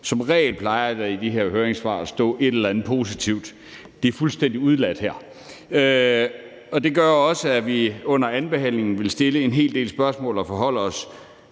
Som regel plejer der i de her høringssvar at stå et eller andet positivt, men det er fuldstændig fraværende her, og det gør, at vi under andenbehandlingen vil stille en hel del spørgsmål, og at vi forholder os